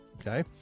okay